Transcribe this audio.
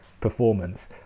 performance